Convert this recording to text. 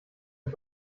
die